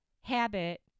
habit